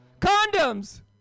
condoms